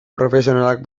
profesionalak